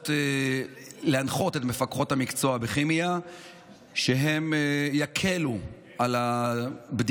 להנחות את מפקחות המקצוע בכימיה להקל את הבדיקה